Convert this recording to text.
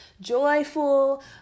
joyful